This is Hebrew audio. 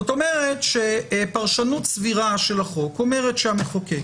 כלומר פרשנות סבירה של החוק אומרת שהמחוקק